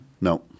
No